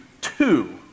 two